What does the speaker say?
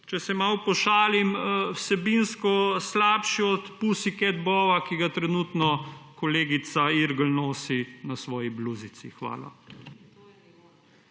če se malo pošalim, vsebinsko slabši od pussycat bowa, ki ga trenutno kolegica Irgl nosi na svoji bluzici. Hvala.